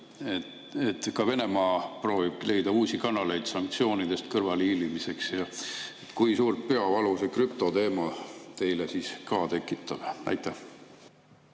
Ka Venemaa proovib leida uusi kanaleid sanktsioonidest kõrvalehiilimiseks. Kui suurt peavalu krüptoteema teile ka tekitab? Aitäh,